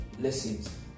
lessons